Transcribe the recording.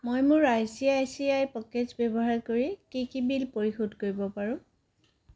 মই মোৰ I C I C I pockets ব্যৱহাৰ কৰি কি কি বিল পৰিশোধ কৰিব পাৰোঁ